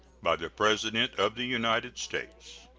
by the president of the united states.